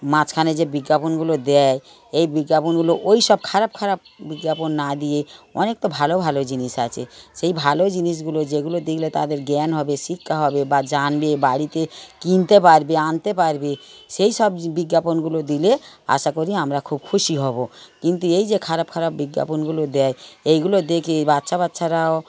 মাঝখানে যে বিজ্ঞাপনগুলো দেয় এই বিজ্ঞাপনগুলো ওই সব খারাপ খারাপ বিজ্ঞাপন না দিয়ে অনেক তো ভালো ভালো জিনিস আছে সেই ভালো জিনিসগুলো যেগুলো দেখলে তাদের জ্ঞান হবে শিক্ষা হবে বা জানবে বাড়িতে কিনতে পারবে আনতে পারবে সেই সব বিজ্ঞাপনগুলো দিলে আশা করি আমরা খুব খুশি হবো কিন্তু এই যে খারাপ খারাপ বিজ্ঞাপনগুলো দেয় এইগুলো দেখে বাচ্চা বাচ্চারাও